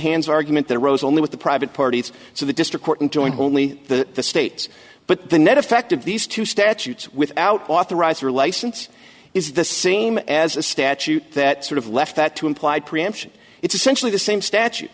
hands argument that arose only with the private parties so the district joined only the states but the net effect of these two statutes without authorizer license is the same as a statute that sort of left that to imply preemption it's essentially the same statu